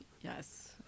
yes